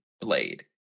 blade